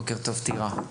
בוקר טוב, טירה.